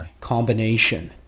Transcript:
combination